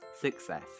success